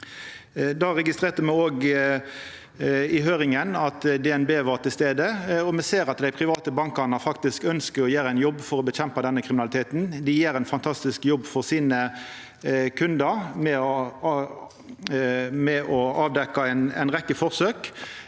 Det registrerte me òg i høyringa der DNB var til stades, og me ser at dei private bankane ønskjer å gjera ein jobb for å kjempa mot denne kriminaliteten. Dei gjer ein fantastisk jobb for sine kundar med å avdekkja ei rekkje forsøk.